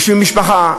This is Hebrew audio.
יושבים בני המשפחה,